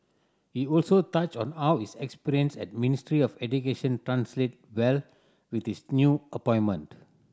he also touched on how his experience at Ministry of Education translate well with this new appointment